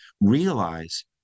realize